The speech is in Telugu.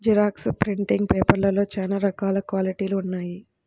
జిరాక్స్ ప్రింటింగ్ పేపర్లలో చాలా రకాల క్వాలిటీలు ఉన్నాయి